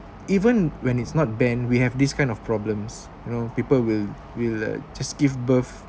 even when it's not banned we have these kind of problems you know people will will uh just give birth